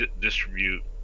distribute